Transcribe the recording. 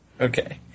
Okay